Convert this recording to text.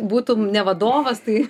būtum ne vadovas tai